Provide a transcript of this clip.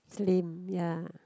slim ya